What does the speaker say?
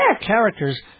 characters